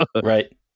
Right